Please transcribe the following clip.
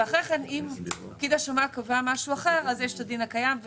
ואחרי כן אם פקיד השומה קבע משהו אחר אז יש את הדין הקיים.